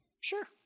Sure